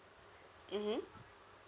mmhmm